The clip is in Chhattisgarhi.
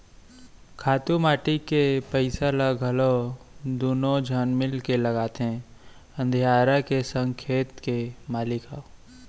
खातू माटी के पइसा ल घलौ दुनों झन मिलके लगाथें अधियारा के संग खेत के मालिक ह